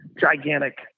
gigantic